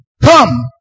come